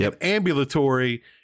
ambulatory